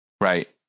right